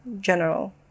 general